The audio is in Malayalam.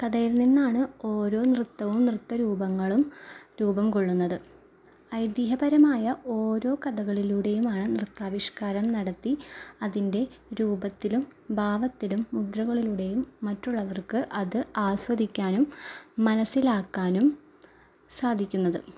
കഥയിൽ നിന്നാണ് ഓരോ നൃത്തവും നൃത്തരൂപങ്ങളും രൂപം കൊള്ളുന്നത് ഐതിഹ്യപരമായ ഓരോ കഥകളിലൂടെയുമാണ് നൃത്താവിഷ്കാരം നടത്തി അതിൻ്റെ രൂപത്തിലും ഭാവത്തിലും മുദ്രകളിലൂടെയും മറ്റുള്ളവർക്ക് അത് ആസ്വദിക്കാനും മനസ്സിലാക്കാനും സാധിക്കുന്നത്